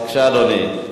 בבקשה, אדוני.